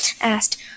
asked